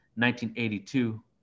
1982